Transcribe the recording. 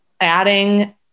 adding